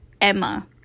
Emma